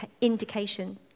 indication